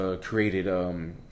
created